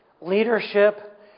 leadership